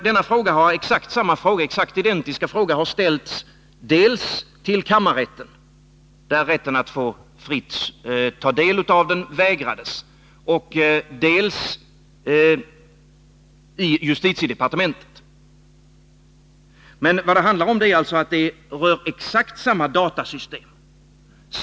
Denna identiska fråga har ställts dels till kammarrätten i Jönköping, där frågeställaren vägrades rätten att fritt få ta del av diariet, dels till justitiedepartementet. Det rör exakt samma datasystem.